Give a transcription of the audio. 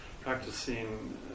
practicing